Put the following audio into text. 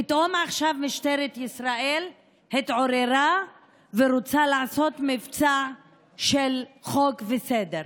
פתאום עכשיו משטרת ישראל התעוררה ורוצה לעשות מבצע של חוק וסדר,